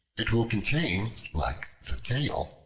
it will contain, like the tale,